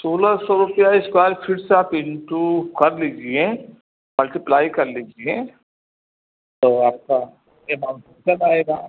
सोलह सौ रूपये स्क्वायर फीट में आप इनटू कर लीजिए मल्टीप्लाई कर लीजिए तो आपका एमाउंट चल आएगा